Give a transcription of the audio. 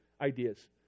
ideas